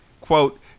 quote